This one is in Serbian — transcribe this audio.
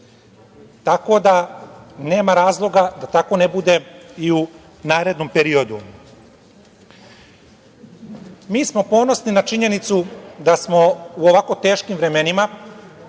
Tako da, nema razloga da tako ne bude i u narednom periodu. Mi smo ponosni na činjenicu da smo u ovako teškim vremenima